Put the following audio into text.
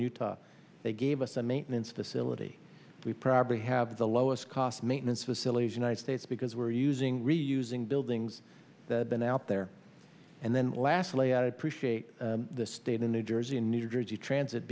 top they gave us a maintenance facility we probably have the lowest cost maintenance facilities united states because we're using reusing buildings that been out there and then lastly i appreciate the state in new jersey and new jersey transit